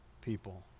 people